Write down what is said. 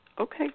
Okay